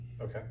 Okay